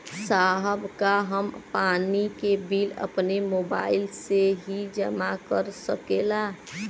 साहब का हम पानी के बिल अपने मोबाइल से ही जमा कर सकेला?